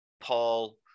Paul